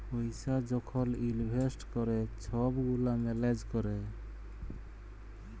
পইসা যখল ইলভেস্ট ক্যরে ছব গুলা ম্যালেজ ক্যরে